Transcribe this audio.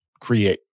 create